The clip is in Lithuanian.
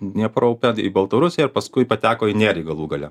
dniepro upe į baltarusiją paskui pateko į nerį galų gale